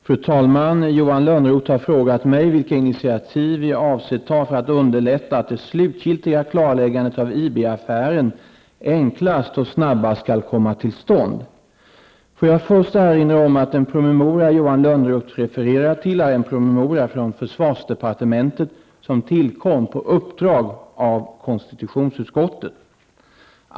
Fru talman! Johan Lönnroth har frågat mig vilka initiativ jag avser ta för att underlätta att det slutgiltiga klarläggandet av IB-affären enklast och snabbast skall komma till stånd. Låt mig först erinra om att den promemoria Johan Lönnroth refererar till är en promemoria från försvarsdepartementet som tillkom på uppdrag av konstitutionsutskottet.